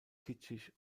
kitschig